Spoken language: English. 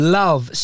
love